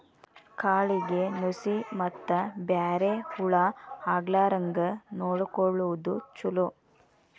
ಕಾಳಿಗೆ ನುಶಿ ಮತ್ತ ಬ್ಯಾರೆ ಹುಳಾ ಆಗ್ಲಾರಂಗ ನೊಡಕೊಳುದು ಚುಲೊ